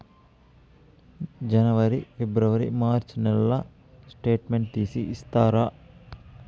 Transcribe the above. జనవరి, ఫిబ్రవరి, మార్చ్ నెలల స్టేట్మెంట్ తీసి ఇస్తారా?